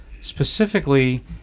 Specifically